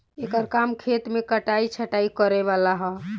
एकर काम खेत मे कटाइ छटाइ करे वाला ह